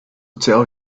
tell